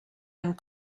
and